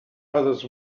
others